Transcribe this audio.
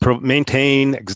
maintain